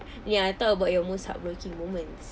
ya talk about your most heartbreaking moments